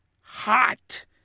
hot